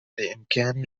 بإمكاني